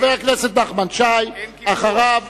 חבר הכנסת נחמן שי, אחריו,